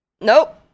nope